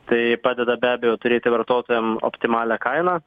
tai padeda be abejo turėti vartotojam optimalią kainą